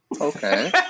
Okay